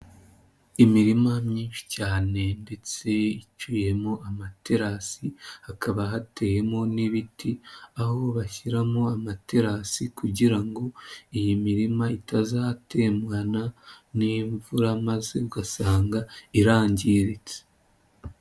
Imirima myinshi cyane ndetse iciyemo amaterasi hakaba hateyemo n'ibiti, aho bashyiramo amaterasi kugira ngo iyi mirima itazatengwana n'imvura maze ugasanga irangiritse.